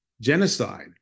genocide